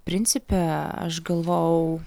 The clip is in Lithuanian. principe aš galvojau